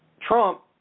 Trump